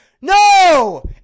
No